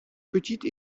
petites